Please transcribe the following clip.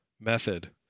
method